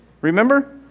Remember